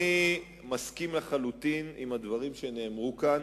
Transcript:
אני מסכים לחלוטין עם הדברים שנאמרו כאן.